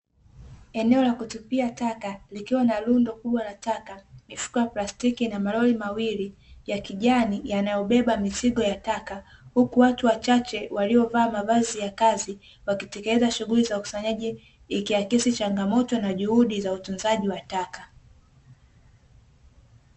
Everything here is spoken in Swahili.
Eneo la kutupia taka likiwa na rundo kubwa la taka, mifuko ya plastiki na malori mawili ya kijani yanayobeba mizigo ya taka. huku watu wachache waliovaa mavazi ya kazi wakitekeleza shughuli za ukusanyaji, ikiakisi changamoto na juhudi za utunzaji wa taka.